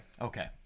Okay